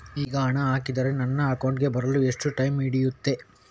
ಈಗ ಹಣ ಹಾಕಿದ್ರೆ ನನ್ನ ಅಕೌಂಟಿಗೆ ಬರಲು ಎಷ್ಟು ಟೈಮ್ ಹಿಡಿಯುತ್ತೆ?